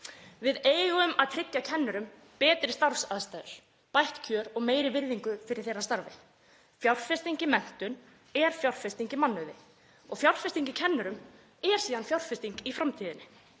Við eigum að tryggja kennurum betri starfsaðstæður, bætt kjör og meiri virðingu fyrir þeirra starfi. Fjárfesting í menntun er fjárfesting í mannauði og fjárfesting í kennurum er síðan fjárfesting í framtíðinni.